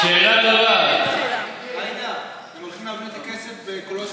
איפה הקואליציה?